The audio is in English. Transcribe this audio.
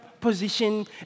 position